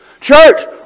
Church